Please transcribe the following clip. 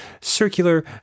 circular